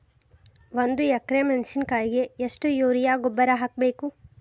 ಒಂದು ಎಕ್ರೆ ಮೆಣಸಿನಕಾಯಿಗೆ ಎಷ್ಟು ಯೂರಿಯಾ ಗೊಬ್ಬರ ಹಾಕ್ಬೇಕು?